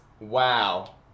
Wow